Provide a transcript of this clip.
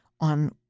on